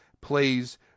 plays